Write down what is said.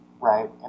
right